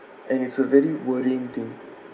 and it's a very worrying thing